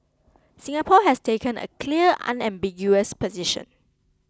Singapore has taken a clear unambiguous position